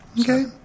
okay